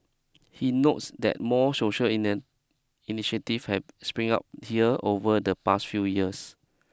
he notes that more social inner initiative have spring up here over the past few years